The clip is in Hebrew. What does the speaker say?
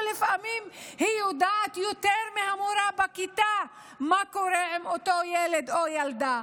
לפעמים היא יודעת אפילו יותר מהמורה בכיתה מה קורה עם אותו ילד או ילדה.